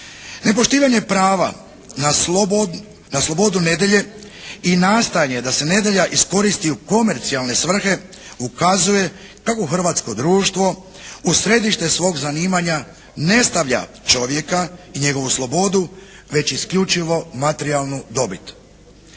Nepoštivanje prava na slobodu nedjelje i nastojanje da se nedjelja iskoristi u komercijalne svrhe ukazuje kako hrvatsko društvo uz središte svog zanimanja ne stavlja čovjeka i njegovu slobodu, već isključivo materijalnu dobit.